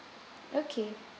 okay